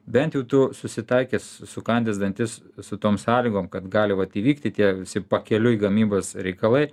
bent jau tu susitaikęs sukandęs dantis su tom sąlygom kad gali vat įvykti tie visi pakeliui gamybos reikalai